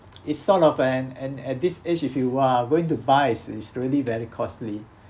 it's sort of an an at this age if you're uh going to but it's it's really very costly